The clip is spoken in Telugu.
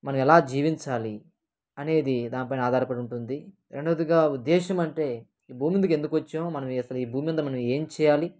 మనం ఎలా జీవించాలి అనేది దానిపైన ఆధారపడి ఉంటుంది రెండవదిగా ఉద్దేశ్యం అంటే ఈ భూమి మీదకు ఎందుకు వచ్చాము మనం అసలు ఈ భూమి మీద మనం ఏం చేయాలి